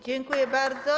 Dziękuję bardzo.